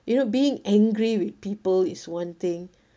you know being angry with people is one thing